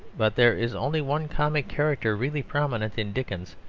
but there is only one comic character really prominent in dickens,